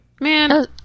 man